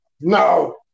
No